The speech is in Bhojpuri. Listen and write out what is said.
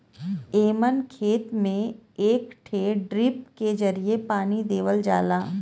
एमन खेत में एक ठे ड्रिप के जरिये पानी देवल जाला